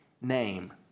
name